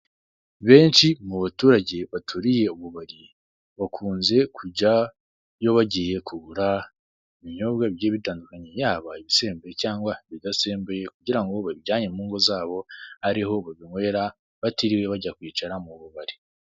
Benshi mu baturage baturiye ububari bakunze kujyayo bagiye kugura ibinyobwa bigiye bitandukanye yaba ibisembuye cyangwa ibidasembuye kugira ngo babijyane mu ngo zabo abe ariho babinkwera batiriwe bajya kwicara mu bubari.